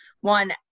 one